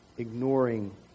Ignoring